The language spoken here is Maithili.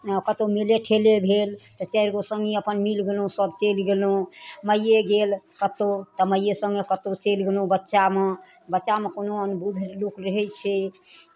कतहु मेले ठेले भेल तऽ चारि गो सङ्गी अपन मिलि गेलहुँ सभ चलि गेलहुँ माइए गेल कतहु तऽ माइए सङ्गे कतहु चलि गेलहुँ बच्चामे बच्चामे कोनो अनबुध लोक रहै छै